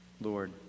Lord